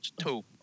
two